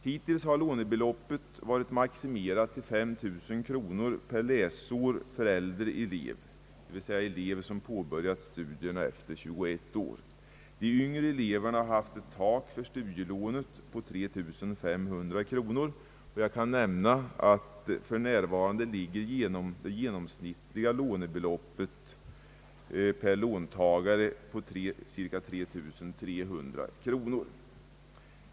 Hittills har beloppet varit maximerat till 5 000 kronor per läsår för äldre elev, d. v. s. sådan elev som fyllt 21 år när studierna påbörjats. De yngre eleverna har haft ett tak för studielånen på 3500 kronor. Jag kan nämna att för närvarande ligger det genomsnittliga lånebeloppet för låntagarna på cirka 3 300 kronor.